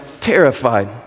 terrified